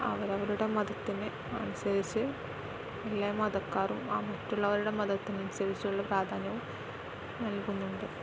അവരവരുടെ മതത്തിന് അനുസരിച്ച് എല്ലാ മതക്കാറും ആ മറ്റുള്ളവരുടെ മതത്തിനനുസരിച്ചുള്ള പ്രാധാന്യവും നൽകുന്നുണ്ട്